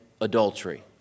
adultery